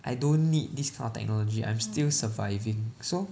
I don't need this kind of technology I'm still surviving so